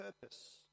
purpose